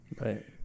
Right